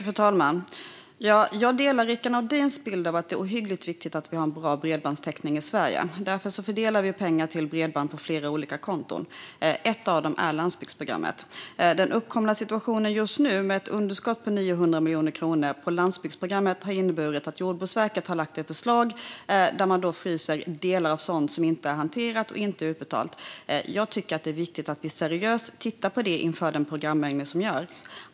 Fru talman! Jag delar Rickard Nordins bild av att det är ohyggligt viktigt att vi har bra bredbandstäckning i Sverige. Därför fördelar vi pengar till bredband på flera olika konton. Ett av dem är landsbygdsprogrammet. Den uppkomna situationen just nu med ett underskott på 900 miljoner kronor för landsbygdsprogrammet har inneburit att Jordbruksverket lagt fram ett förslag där man fryser delar av sådant som inte är hanterat eller utbetalt. Jag tycker att det är viktigt att vi seriöst tittar på det inför den programändring som görs.